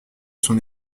son